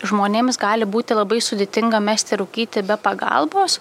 žmonėms gali būti labai sudėtinga mesti rūkyti be pagalbos